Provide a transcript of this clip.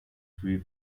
free